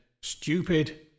Stupid